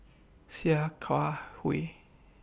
Sia Kah Hui